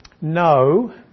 No